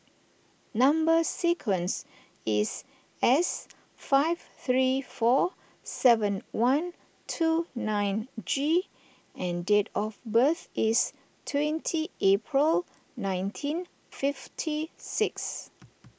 Number Sequence is S five three four seven one two nine G and date of birth is twenty April nineteen fifty six